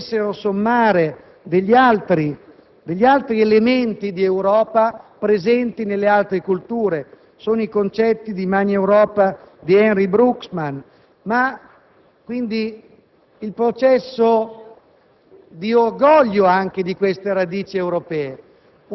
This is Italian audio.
geografica e continentale potessero sommarsi degli altri elementi di Europa presenti nelle altre culture. Sono i concetti di Magna Europa di Henri Brugmans ed anche di un processo